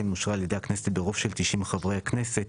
אושרה על ידי הכנסת ברוב של תשעים חברי הכנסת.